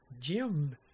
Jim